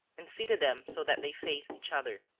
and seated them so that they faced each other.